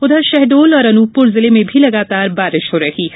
उधर शहडोल और अनूपपुर जिले में भी लगातार बारिश हो रही है